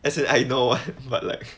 as in I know but like